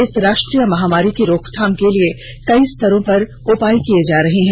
इस राष्ट्रीय महामारी की रोकथाम के लिए कई स्तरों पर उपाय किये जा रहे हैं